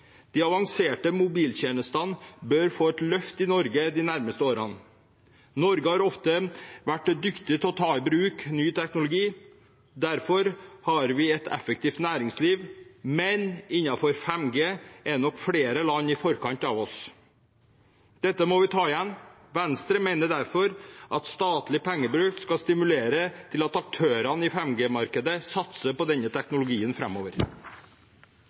De avanserte mobiltjenestene bør få et løft i Norge de nærmeste årene. Norge har ofte vært dyktig til å ta i bruk ny teknologi, derfor har vi et effektivt næringsliv, men innenfor 5G er nok flere land i forkant av oss. Dette må vi ta igjen. Venstre mener derfor at statlig pengebruk skal stimulere til at aktørene i 5G-markedet satser på denne teknologien